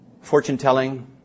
fortune-telling